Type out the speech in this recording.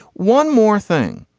one more thing.